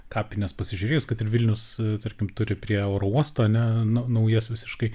kapines pasižiūrėjus kad ir vilnius tarkim turi prie oro uosto ar ne nau naujas visiškai